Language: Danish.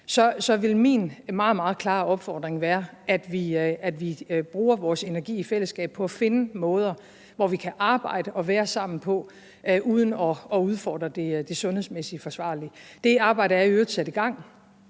vil min meget, meget klare opfordring være, at vi bruger vores energi i fællesskab på at finde måder, som vi kan arbejde og være sammen på, uden at udfordre det sundhedsmæssigt forsvarlige. Det arbejde er i øvrigt sat i gang,